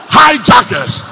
hijackers